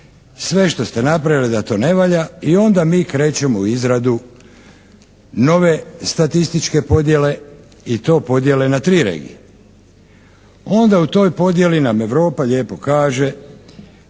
sve što ste napravili da to ne valja i onda mi krećemo u izradu nove statističke podjele i to podjele na tri regije. Onda u toj podjeli nam Europa lijepo kaže